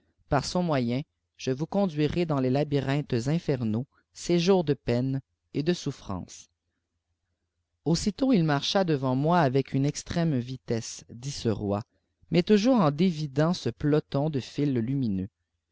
par son moyen je vous conduirai danjf lies labyrinthes infernaux séjours de pdnes et de souffrances n aussitôt il marcha devant moi avee une extrême vitesse dit ce v ri mais toujours en dévidant ce peicn de fil lunûoeux